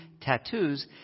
tattoos